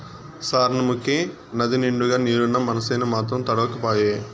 సార్నముకే నదినిండుగా నీరున్నా మనసేను మాత్రం తడవక పాయే